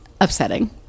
upsetting